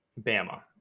Bama